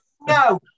No